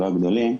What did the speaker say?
לא הגדולים,